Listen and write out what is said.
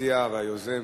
המציע והיוזם